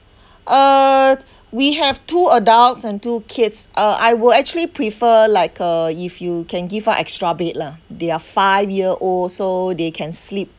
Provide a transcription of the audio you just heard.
err we have two adults and two kids uh I will actually prefer like uh if you can give us extra bed lah their five year old so they can sleep